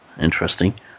Interesting